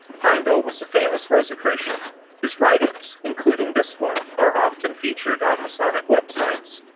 heindel was a famous rosicrucian who's writings, including this one, are often featured on masonic websites.